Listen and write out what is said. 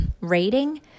rating